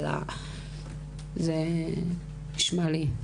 זה נשמע לי מופרך.